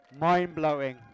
mind-blowing